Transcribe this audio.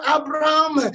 Abraham